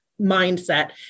mindset